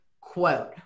quote